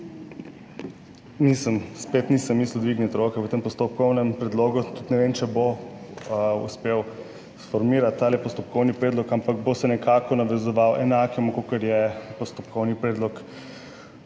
nisem mislil dvigniti roke v tem postopkovnem predlogu. Tudi ne vem, če bom uspel formirati ta postopkovni predlog, ampak se bo nekako navezoval, je enak, kakor je postopkovni predlog